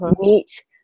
meet